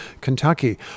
Kentucky